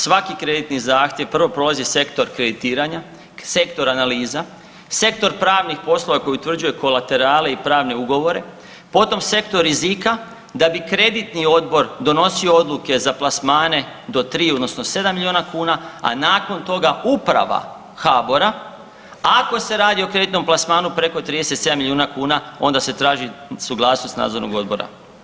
Svaki kreditni zahtjev prvo prolazi sektor kreditiranja, sektor analiza, sektor pravnih poslova koji utvrđuje kolaterale i pravne ugovore, potom sektor rizika, da bi kreditni odbor donosio odluke za plasmane do 3 odnosno 7 miliona kuna, a nakon toga uprava HABOR-a, ako se radi o kreditnom plasmanu preko 37 miliona kuna onda se traži suglasnost nadzornog odbora.